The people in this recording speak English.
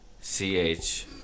C-H